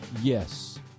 yes